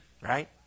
right